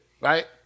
right